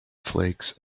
flakes